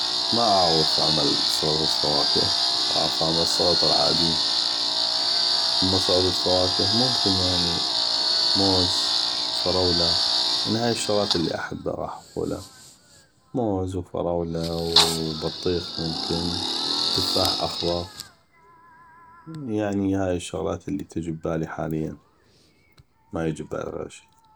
ما اعغف اعمل سلطة فواكه اعغف اعمل السلطه العادي اما سلطه فواكه ممكن يعني موز وفراوله وبطيخ يمكن وتفاح اخضغ يعني هاي الشغلات اللي تجي ببالي حاليا ما يجي ببالي غيغ شي